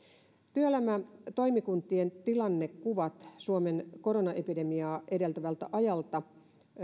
työelämätoimikuntien tilannekuvat suomen koronaepidemiaa edeltävältä ajalta